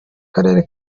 karere